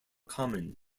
common